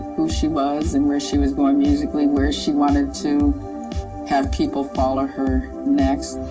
who she was and where she was going musically, where she wanted to have people follow her next.